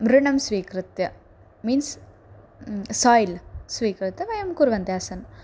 मृदं स्वीकृत्य मीन्स् साय्ल् स्वीकृत्य वयं कुर्वन्तः आसन्